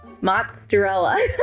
mozzarella